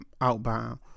outbound